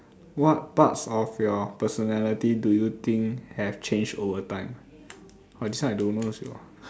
what parts of your personality do you think have changed over time !wah! this one I don't know also